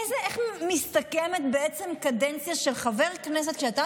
איך מסתכמת קדנציה של חבר הכנסת כשאתה